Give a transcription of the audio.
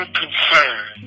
concern